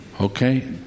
Okay